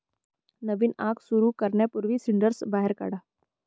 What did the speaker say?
नवीन आग सुरू करण्यापूर्वी सिंडर्स बाहेर काढा